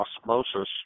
osmosis